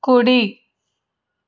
కుడి